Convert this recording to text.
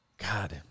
god